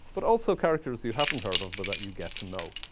but also characters you haven't heard of, but that you get to know